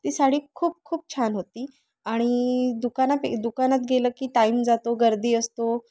ती साडी खूप खूप छान होती आणि दुकानापे दुकानात गेलं की टाईम जातो गर्दी असतो